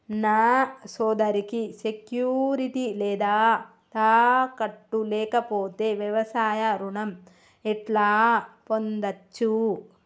నా సోదరికి సెక్యూరిటీ లేదా తాకట్టు లేకపోతే వ్యవసాయ రుణం ఎట్లా పొందచ్చు?